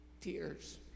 tears